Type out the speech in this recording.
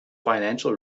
financial